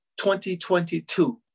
2022